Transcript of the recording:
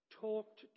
talked